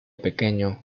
pequeño